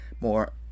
more